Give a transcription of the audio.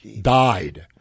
died